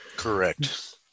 Correct